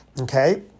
Okay